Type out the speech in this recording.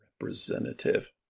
representative